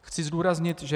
Chci zdůraznit, že